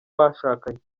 bashakanye